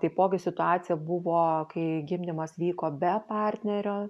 taipogi situacija buvo kai gimdymas vyko be partnerio